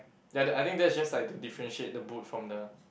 I think I think that's just like to differentiate the boot from the